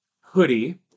Hoodie